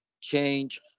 change